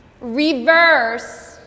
reverse